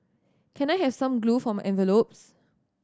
can I have some glue for my envelopes